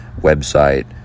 website